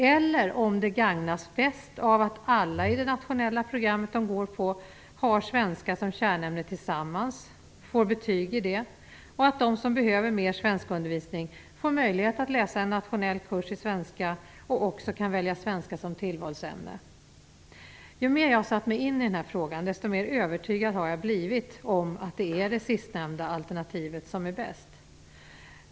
Eller gagnas invandrarungdomarna bäst av att alla i det nationella program som de går på har svenska som kärnämne tillsammans, får betyg i det och att de som behöver mer svenskundervisning får möjlighet att läsa en nationell kurs i svenska och också kan välja svenska som tillvalsämne? Ju mer jag har satt mig in i den här frågan desto mer övertygad har jag blivit om att det är det sistnämnda alternativet som är bäst.